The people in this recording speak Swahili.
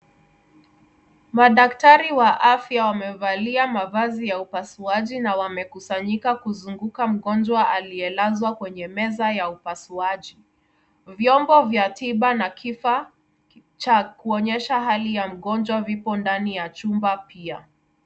Madaktari wa afya wamevalia mavazi ya upasuaji na wamekusanyika kuzunguka mgonjwa aliyelazwa kwenye meza ya upasuaji. Vyombo vya tiba na kifaa cha kuonyesha hali ya mgonjwa vipo ndani ya chumba pia.